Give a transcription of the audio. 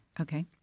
Okay